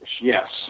yes